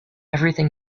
everything